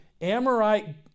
Amorite